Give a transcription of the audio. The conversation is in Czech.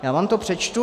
Já vám to přečtu.